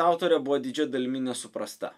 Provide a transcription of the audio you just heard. autorė buvo didžia dalimi nesuprasta